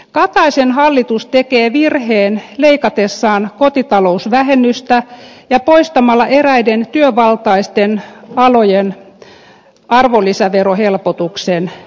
kataisen hallitus tekee virheen leikatessaan kotitalousvähennystä ja poistamalla eräiden työvaltaisten alojen arvonlisäverohelpotuksen